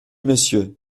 monsieur